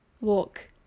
walk